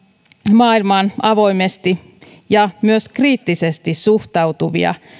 maailmaan avoimesti ja myös kriittisesti suhtautuvia todellisia